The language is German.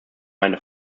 meine